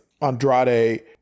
Andrade